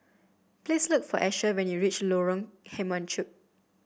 please look for Asher when you reach Lorong Kemunchup